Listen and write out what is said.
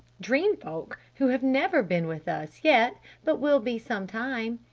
dream folk who have never been with us yet but will be some time!